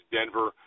Denver